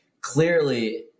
clearly